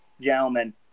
Gentlemen